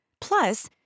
plus